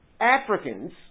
Africans